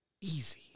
Easy